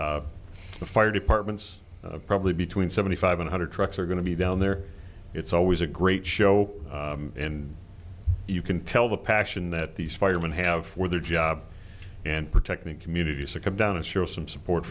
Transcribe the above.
local fire departments probably between seventy five one hundred trucks are going to be down there it's always a great show and you can tell the passion that these firemen have for their job and protecting communities to come down and show some support